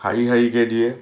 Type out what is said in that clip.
শাৰী শাৰীকৈ দিয়ে